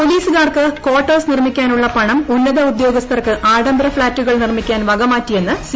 പോലീസുകാർക്ക് ക്വാർട്ടേഴ്സ് നിർമിക്കാനുള്ള പണം ഉന്നത ഉദ്യോഗസ്ഥർക്ക് ആഡ്ക്ബർ ഫ്ളാറ്റുകൾ നിർമ്മിക്കാൻ വകമാറ്റിയെന്ന് സി